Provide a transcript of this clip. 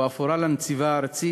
הוא אף הורה לנציבה הארצית,